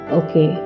okay